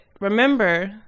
remember